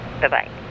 Bye-bye